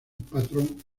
patrón